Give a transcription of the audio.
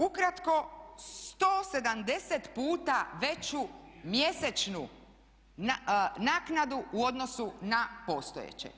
Ukratko 170 puta veću mjesečnu naknadu u odnosu na postojeće.